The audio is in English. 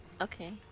okay